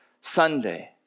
Sunday